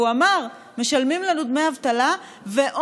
והוא אמר: משלמים לנו דמי אבטלה ועוד